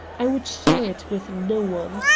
i would share it with no one.